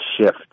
shift